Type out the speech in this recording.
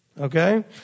Okay